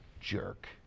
jerk